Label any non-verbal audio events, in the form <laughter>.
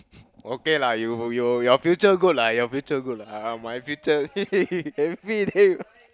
okay lah you your your future good lah your future good lah my future <laughs> happy already <laughs>